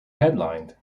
headlined